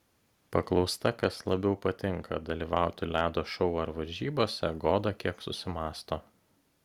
paklausta kas labiau patinka dalyvauti ledo šou ar varžybose goda kiek susimąsto